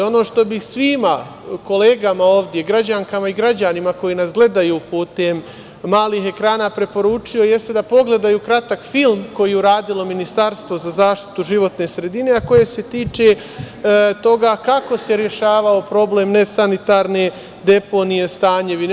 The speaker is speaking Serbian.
Ono što bi svim kolegama ovde, građankama i građanima koji nas gledaju putem malih ekrana preporučio jeste da pogledaju kratak film koje je uradilo Ministarstvo za zaštitu životne sredine, a koje se tiče toga kako se rešavao problem nesanitarne deponije "Stanjevine"